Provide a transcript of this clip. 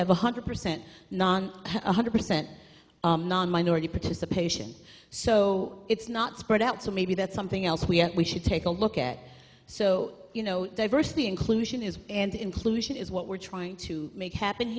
have one hundred percent non one hundred percent non minority participation so it's not spread out so maybe that's something else we have we should take a look at so you know diversity inclusion is and inclusion is what we're trying to make happen